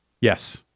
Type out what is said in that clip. Yes